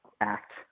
act